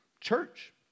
church